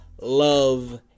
love